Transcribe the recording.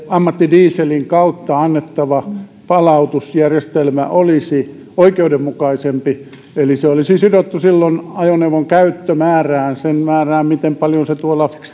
ammattidieselin kautta annettava palautusjärjestelmä olisi oikeudenmukaisempi eli se olisi sidottu silloin ajoneuvon käyttömäärään siihen määrään miten paljon se tuolla teillämme